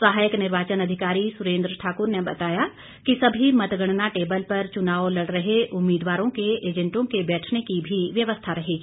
सहायक निर्वाचन अधिकारी सुरेंद्र ठाकुर ने बताया कि सभी मतगणना टेबल पर चुनाव लड़ रहे उम्मीदवारों के एंजेटों के बैठने की भी व्यवस्था रहेगी